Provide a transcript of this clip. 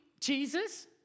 Jesus